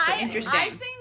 Interesting